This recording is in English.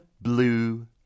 blue